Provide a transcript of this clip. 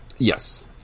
Yes